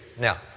Now